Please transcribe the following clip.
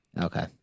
Okay